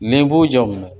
ᱱᱤᱢᱵᱩ ᱡᱚᱢ ᱢᱮ